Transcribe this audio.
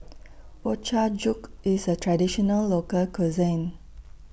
Ochazuke IS A Traditional Local Cuisine